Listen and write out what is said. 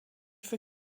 für